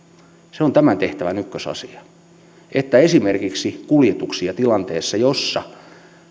se on tämän tehtävän ykkösasia että ei ole esimerkiksi kuljetuksissa tilannetta jossa